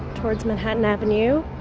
towards manhattan avenue.